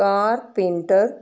carpenter